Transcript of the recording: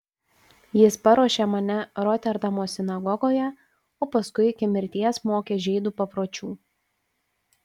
jis paruošė mane roterdamo sinagogoje o paskui iki mirties mokė žydų papročių